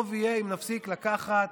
טוב יהיה אם נפסיק לקחת